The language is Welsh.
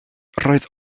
roedd